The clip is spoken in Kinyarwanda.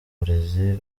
burezi